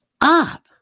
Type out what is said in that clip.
up